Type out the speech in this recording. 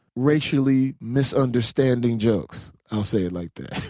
racially misunderstanding jokes i'll say it like that.